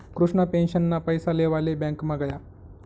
कृष्णा पेंशनना पैसा लेवाले ब्यांकमा गया